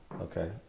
Okay